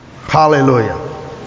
hallelujah